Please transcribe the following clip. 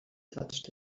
touched